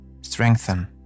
strengthen